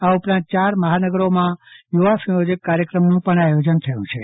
આ ઉપરાંત ચાર મહાનગરોમાં યુવા સંચોજક કાર્યક્રમોનું પણ આયોજન થયું છે